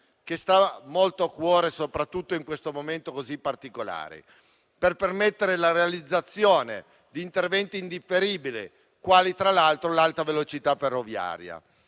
che sta molto a cuore, soprattutto in questo momento così particolare, per permettere la realizzazione di interventi indifferibili, quali tra l'altro l'alta velocità ferroviaria.